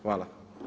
Hvala.